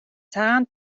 цагаан